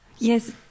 Yes